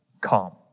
calm